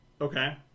Okay